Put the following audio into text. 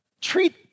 treat